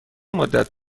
مدت